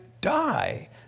die